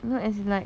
no as in like